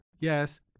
Yes